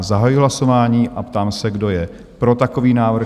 Zahajuji hlasování a ptám se, kdo je pro takový návrh?